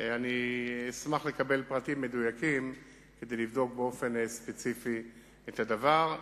אני אשמח לקבל פרטים מדויקים כדי לבדוק באופן ספציפי את הדבר.